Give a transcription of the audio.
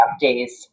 days